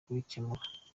kubikemura